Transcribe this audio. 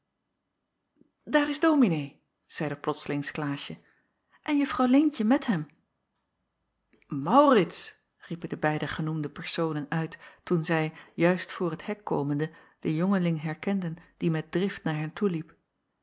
daar is dominee zeide plotslings klaasje en juffrouw leentje met hem maurits riepen de beide genoemde personen uit toen zij juist voor het hek komende den jongeling herkenden die met drift naar hen toeliep